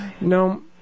No